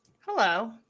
Hello